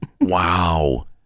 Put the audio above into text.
Wow